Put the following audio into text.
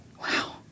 Wow